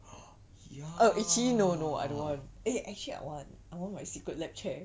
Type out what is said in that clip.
err actually no no I don't want eh actually I want I want my Secret Lab chair